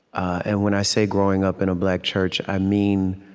and when i say growing up in a black church, i mean,